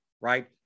right